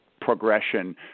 progression